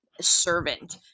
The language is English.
servant